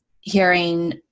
hearing